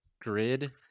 grid